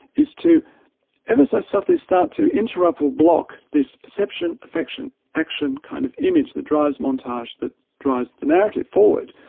is to ever so subtly start to interrupt or block this perception affection action kind of image that drives montage, that drives the narrative forward.